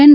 N